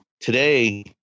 today